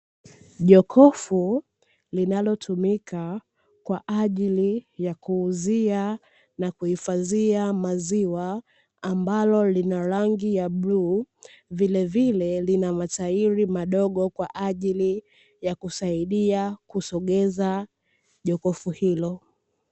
Jokofu linalotumika kwa ajili ya kuuzia na kuhifadhia maziwa ambalo lina rangi ya bluu, vilevile lina matairi madogo kwa ajili ya kusaidia kusogeza jokofu hilo.